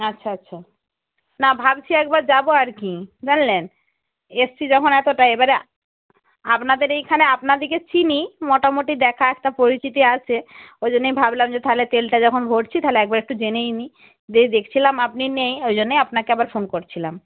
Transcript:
আচ্ছা আচ্ছা না ভাবছি একবার যাব আর কি জানলেন এসেছি যখন এতটা এবারে আপনাদের এইখানে আপনাদেরকে চিনি মোটামুটি দেখা একটা পরিচিতি আছে ওই জন্যেই ভাবলাম যে তাহলে তেলটা যখন ভরছি তাহলে একবার একটু জেনেই নিই দিয়ে দেখছিলাম আপনি নেই ওই জন্যেই আপনাকে আবার ফোন করছিলাম